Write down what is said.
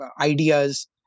ideas